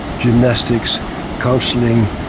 gymnastics, counseling,